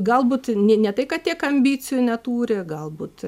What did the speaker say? galbūt ne ne tai kad tiek ambicijų neturi galbūt